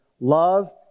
love